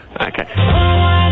Okay